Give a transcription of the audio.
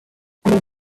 known